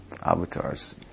avatars